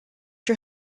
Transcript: you